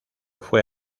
fue